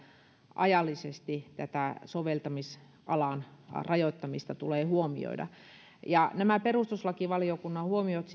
ajallisesti tätä soveltamisalan rajoittamista tulee huomioida nämä perustuslakivaliokunnan huomiot